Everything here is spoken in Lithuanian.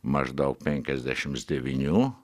maždaug penkiasdešims devynių